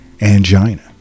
Angina